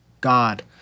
God